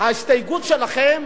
ההסתייגות שלכם,